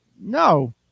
No